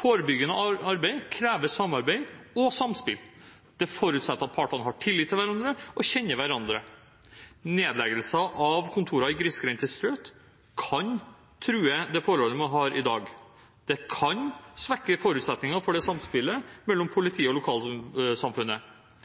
Forebyggende arbeid krever samarbeid og samspill. Det forutsetter at partene har tillit til hverandre, og kjenner hverandre. Nedleggelse av kontorer i grisgrendte strøk kan true det forholdet man har i dag. Det kan svekke forutsetningene for dette samspillet mellom